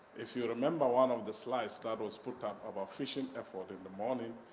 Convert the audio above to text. if you remember one of the slides that was put up about fishing effort in the morning,